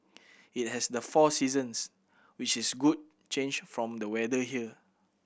it has the four seasons which is a good change from the weather here